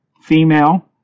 female